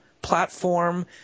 Platform